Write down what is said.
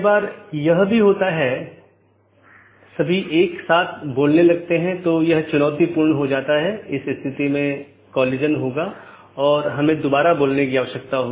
इसलिए हलका करने कि नीति को BGP प्रोटोकॉल में परिभाषित नहीं किया जाता है बल्कि उनका उपयोग BGP डिवाइस को कॉन्फ़िगर करने के लिए किया जाता है